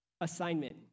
assignment